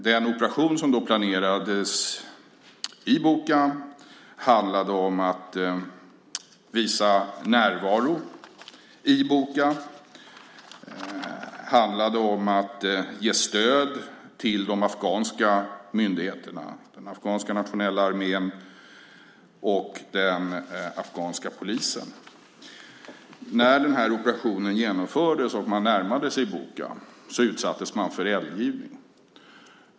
Den operation som då planerades i Boka handlade om att visa närvaro i Boka, om att ge stöd till de afghanska myndigheterna, den nationella afghanska armén och den afghanska polisen. När operationen genomfördes och man närmade sig Boka utsattes man för eldgivning.